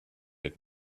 had